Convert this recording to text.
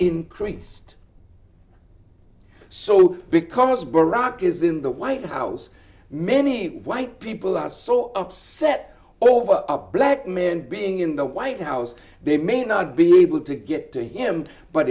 increased so because baracoa is in the white house many white people are so upset over up black men being in the white house they may not be able to get to him but